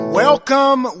welcome